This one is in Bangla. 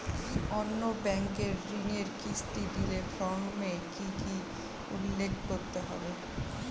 অন্য ব্যাঙ্কে ঋণের কিস্তি দিলে ফর্মে কি কী উল্লেখ করতে হবে?